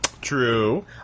True